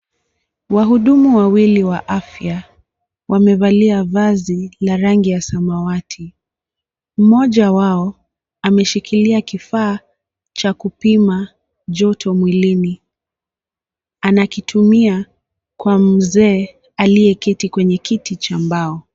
Wahudumu wawili wa afya wamevalia vazi la rangi ya samawati, mmoja wao ameshikilia kifaa cha kupima joto mwilini anakitumia kwa mzee aliyeketi kwenye kiti cha mbao.